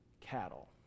cattle